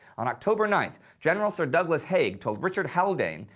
on october ninth, general so douglas haig told richard haldane,